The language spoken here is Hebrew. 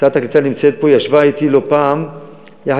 היא ישבה אתי לא פעם על כך,